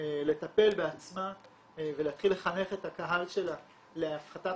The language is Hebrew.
לטפל בעצמה ולהתחיל לחנך את הקהל שלה להפחתת